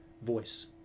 voice